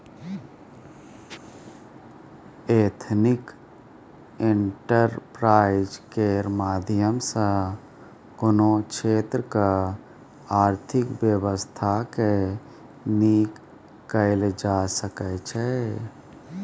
ethnic enterprise केर माध्यम सँ कोनो क्षेत्रक आर्थिक बेबस्था केँ नीक कएल जा सकै छै